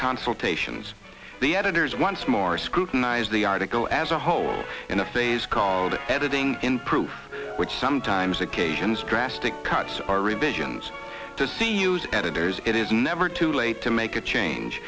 consultations the editors once more scrutinize the article as a whole in a phase called editing improve which sometimes occasions drastic cuts are revisions to see used editors it is never too late to make a change